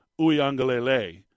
Uyangalele